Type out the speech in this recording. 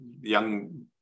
young